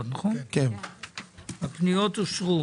אושרו.